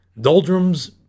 Doldrums